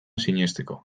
sinesteko